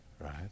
Right